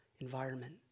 environment